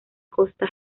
costa